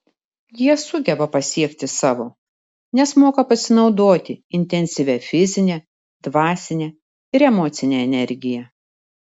jie sugeba pasiekti savo nes moka pasinaudoti intensyvia fizine dvasine ir emocine energija